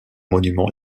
monument